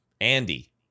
Andy